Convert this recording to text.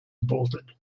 bolted